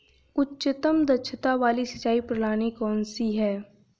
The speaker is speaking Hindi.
उच्चतम दक्षता वाली सिंचाई प्रणाली कौन सी है?